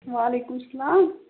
وعلیکُم سلام